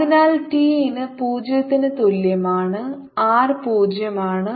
അതിനാൽ t ന് 0 ന് തുല്യമാണ് r 0 ആണ്